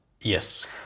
Yes